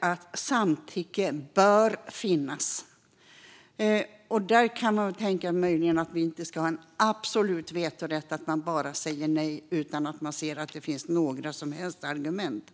att samtycke bör finnas. Möjligen kan det tänkas att vi inte ska ha en absolut vetorätt så att man bara kan säga nej utan några som helst argument.